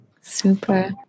Super